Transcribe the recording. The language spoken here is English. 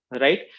right